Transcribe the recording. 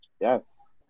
Yes